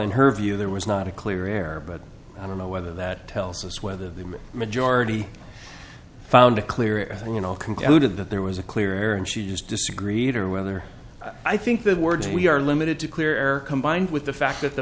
in her view there was not a clear air but i don't know whether that tells us whether the majority found a clear answer when all concluded that there was a clear and she just disagreed or whether i think the words we are limited to clear air combined with the fact that the